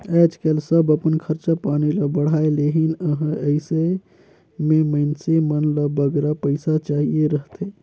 आएज काएल सब अपन खरचा पानी ल बढ़ाए लेहिन अहें अइसे में मइनसे मन ल बगरा पइसा चाहिए रहथे